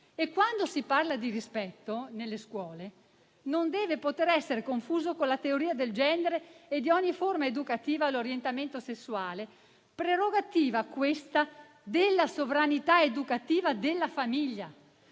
Quando si parla di rispetto nelle scuole, questo non deve poter essere confuso con la teoria del genere e di ogni forma educativa all'orientamento sessuale; prerogativa, questa, della sovranità educativa della famiglia.